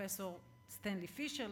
פרופסור סטנלי פישר,